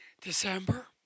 December